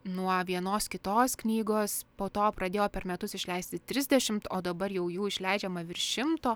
nuo vienos kitos knygos po to pradėjo per metus išleisti trisdešimt o dabar jau jų išleidžiama virš šimto